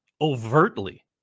overtly